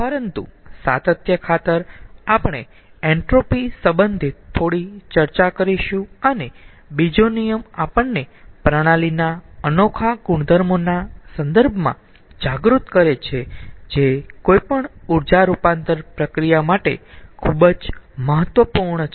પરંતુ સાતત્ય ખાતર આપણે એન્ટ્રોપી સંબંધિત થોડી ચર્ચા કરીશું અને બીજો નિયમ આપણને પ્રણાલીના આનોખા ગુણધર્મના સંદર્ભમાં જાગૃત કરે છે જે કોઈપણ ઊર્જા રૂપાંતરણ પ્રક્રિયા માટે ખુબ જ મહત્વપૂર્ણ છે